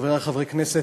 חברי חברי הכנסת,